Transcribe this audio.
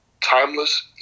timeless